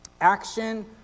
action